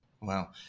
Wow